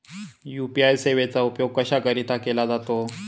UPI सेवेचा उपयोग कशाकरीता केला जातो?